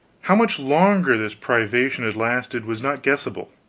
how much longer this privation has lasted was not guessable.